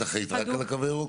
את אחראית רק על "הקו הירוק"?